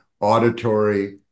auditory